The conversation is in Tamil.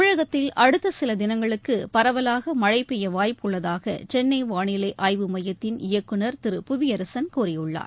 தமிழகத்தில் அடுத்த சில தினங்களக்கு பரவலாக மழை பெய்ய வாய்ப்பு உள்ளதாக சென்னை வானிலை ஆய்வு மையத்தின் இயக்குநர் திரு புவியரசன் கூறியுள்ளார்